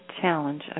challenge